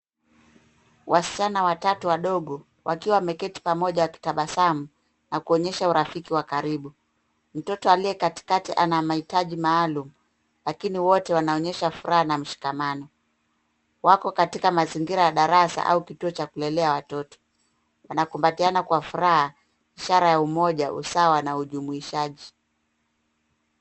Wasichana watatu wadogo wakiwa wameketi pamoja wakitabasamu na kuonyesha urafiki wa karibu. Mtoto aliye katikati ana mahitaji maaalum lakini wote wanaonyesha furaha na mshikamano. Wako katika mazingira ya darasa au kituo cha kulelea watoto. Wanakumbatiana kwa furaha ishara ya umoja, usawa na ujumuishaji.